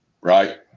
right